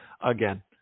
again